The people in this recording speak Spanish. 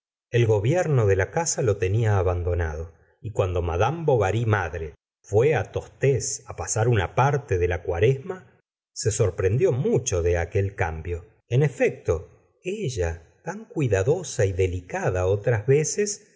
el gobierno de la casa lo tenía abandonado y cuando madame bovary madre fué tostes pasar una parte de la cuaresma se sorprendió mucho er gustavo flaubert de aquel cambio en efecto ella tan cuidadosa y delicada otras veces